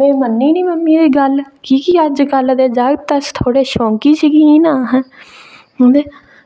में मन्नी निं मम्मी दी गल्ल की के अजकल दे जागत अस थोह्ड़े शोंकी शकीन आं ते